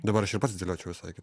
dabar aš ir pats dėliočiau visai